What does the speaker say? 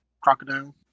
crocodile